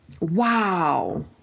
Wow